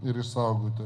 ir išsaugoti